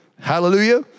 hallelujah